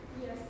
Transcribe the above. Yes